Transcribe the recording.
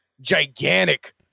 gigantic